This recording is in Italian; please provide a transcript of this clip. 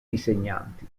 insegnanti